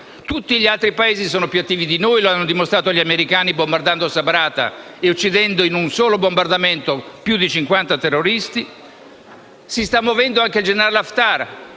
Tutti gli altri Paesi sono più attivi di noi, come hanno dimostrato gli americani bombardando Sabrata e uccidendo in un solo bombardamento più di 50 terroristi. Si sta muovendo anche il generale Aftar,